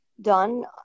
done